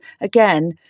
again